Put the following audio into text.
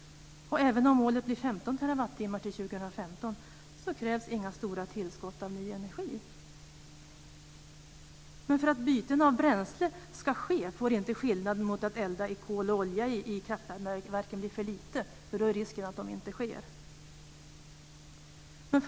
Även om målet blir 15 terawattimmar till år 2015 krävs inga stora tillskott av ny energi. För att byte av bränsle ska ske får inte skillnaden mot att elda med kol och olja i kraftvärmeverken bli för liten. Då finns risken att det inte sker ett byte.